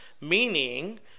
meaning